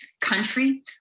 country